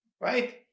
right